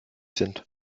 sind